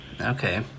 Okay